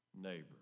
neighbor